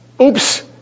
oops